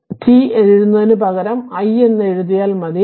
അതിനാൽ t എഴുതുന്നതിനു പകരം I എന്ന് എഴുതിയാൽ മതി